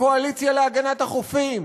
הקואליציה להגנת החופים,